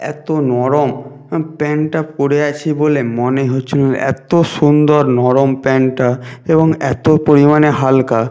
এত নরম প্যান্টটা পরে আছি বলে মনেই হচ্ছিল না এত সুন্দর নরম প্যান্টটা এবং এত পরিমাণে হালকা